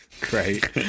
great